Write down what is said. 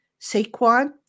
Saquon